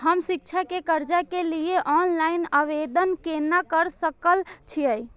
हम शिक्षा के कर्जा के लिय ऑनलाइन आवेदन केना कर सकल छियै?